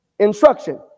instruction